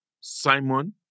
Simon